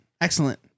Excellent